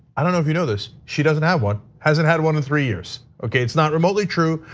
i don't know if you know this. she doesn't have one, hasn't had one in three years, okay? it's not remotely true,